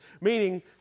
meaning